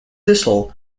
thistle